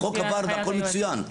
החוק עבר והחוק מצוין.